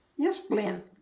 yes blynn?